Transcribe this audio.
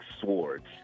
swords